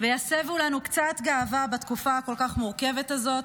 ויסבו לנו קצת גאווה בתקופה המורכבת כל כך הזו.